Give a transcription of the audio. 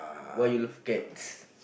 why you love cat